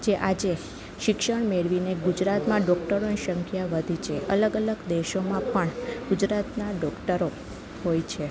જે આજે શિક્ષણ મેળવીને ગુજરાતમાં ડોક્ટરોની સંખ્યા વધી છે અલગ અલગ દેશોમાં પણ ગુજરાતના ડોક્ટરો હોય છે